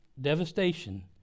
devastation